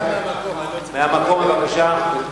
מהמקום, בבקשה.